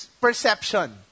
perception